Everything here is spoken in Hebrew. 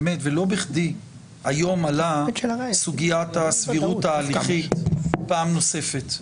ולא בכדי היום עלתה סוגיית הסבירות ההליכית פעם נוספת.